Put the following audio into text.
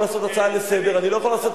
הקניית סמכות לנציב להחליט בדבר פרסומה